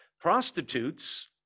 Prostitutes